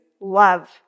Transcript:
love